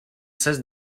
cesse